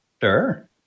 Sure